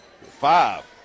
five